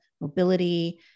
mobility